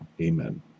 Amen